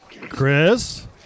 Chris